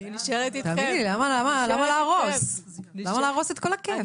למה להרוס את כל הכיף?